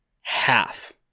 half